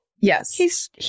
Yes